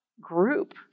group